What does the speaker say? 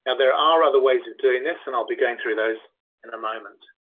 ah there are other ways of doing this and i'll be going through those in a moment.